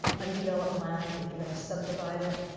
undeveloped land. if you're going to subdivide it,